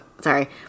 sorry